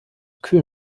kühl